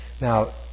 Now